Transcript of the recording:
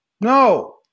no